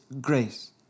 grace